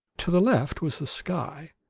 to the left was the sky,